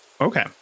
Okay